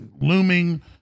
looming